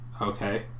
Okay